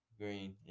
Green